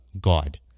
God